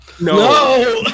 No